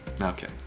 Okay